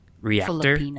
Reactor